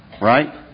Right